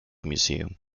museum